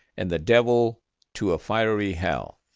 and the devil to a fiery hell.